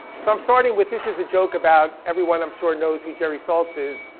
so i'm starting with this is a joke about, everyone i'm sure knows who jerry saltz is.